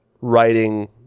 writing